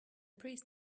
priest